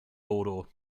bodo